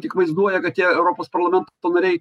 tik vaizduoja kad jie europos parlamento nariai